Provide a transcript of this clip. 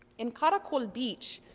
in caracol beach,